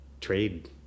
trade